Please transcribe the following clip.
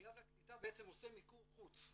העלייה והקליטה בעצם עושה מיקור חוץ.